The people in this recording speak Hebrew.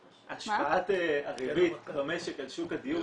השפעת הריבית במשק על שוק הדיור,